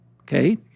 Okay